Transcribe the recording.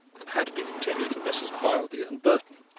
and had been intended for messrs. beilby and burton.